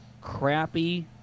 crappy